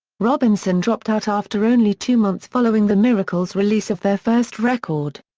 robinson dropped out after only two months following the miracles' release of their first record.